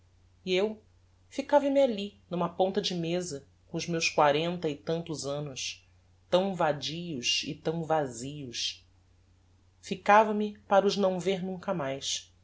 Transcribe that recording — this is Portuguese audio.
e eu ficava me alli n'uma ponta de mesa com os meus quarenta e tantos annos tão vadios e tão vazios ficava me para os não ver nunca mais